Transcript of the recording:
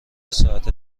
ساعت